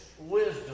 wisdom